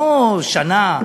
לא שנה,